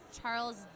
Charles